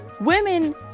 women